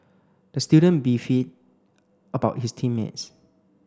the student about his team mates